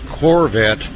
Corvette